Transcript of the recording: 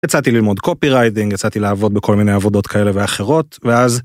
יצאתי ללמוד copywriting יצאתי לעבוד בכל מיני עבודות כאלה ואחרות ואז